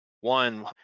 One